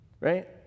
right